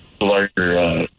larger